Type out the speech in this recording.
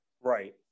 Right